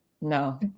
No